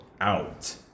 out